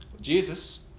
Jesus